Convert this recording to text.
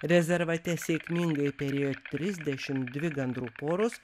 rezervate sėkmingai perėjo trisdešim dvi gandrų poros